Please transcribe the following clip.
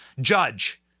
judge